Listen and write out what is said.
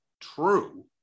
true